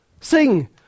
sing